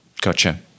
gotcha